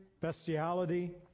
bestiality